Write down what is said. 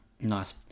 Nice